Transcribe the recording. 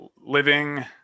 living